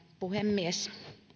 puhemies